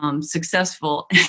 Successful